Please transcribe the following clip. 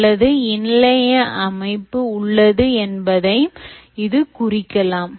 அல்லது இணைய அமைப்பு உள்ளது என்பதையும் இது குறிக்கலாம்